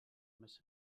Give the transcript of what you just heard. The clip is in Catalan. més